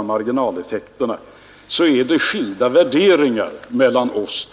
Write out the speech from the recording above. marginalskatterna — föreligger skilda värderingar mellan oss.